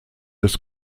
des